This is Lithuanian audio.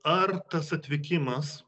ar tas atvykimas